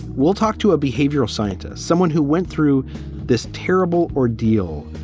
we'll talk to a behavioral scientist, someone who went through this terrible ordeal,